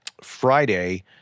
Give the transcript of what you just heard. Friday